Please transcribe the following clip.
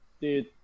dude